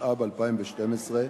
התשע"ב 2012,